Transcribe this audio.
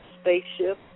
spaceship